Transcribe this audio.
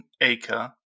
acre